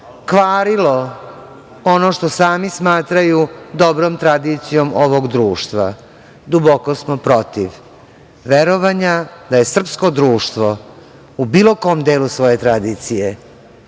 kvarilo ono što sami smatraju dobrom tradicijom ovog društva. Duboko smo protiv verovanja da je srpsko društvo u bilo kom delu svoje tradicije